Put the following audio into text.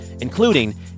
including